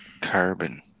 Carbon